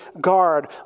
guard